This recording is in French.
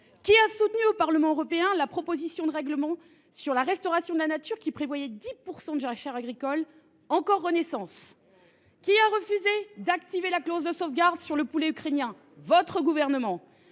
Qui a soutenu au Parlement européen la proposition de règlement relatif à la restauration de la nature, qui prévoit 10 % de jachère agricole ? C’est encore Renaissance ! Qui a refusé d’activer la clause de sauvegarde sur le poulet ukrainien ? C’est votre gouvernement,